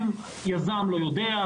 יזם לא יודע,